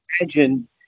Imagine